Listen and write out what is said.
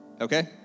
Okay